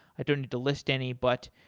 i don't need to list any, but